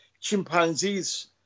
chimpanzees